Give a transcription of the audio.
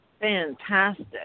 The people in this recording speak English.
Fantastic